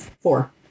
Four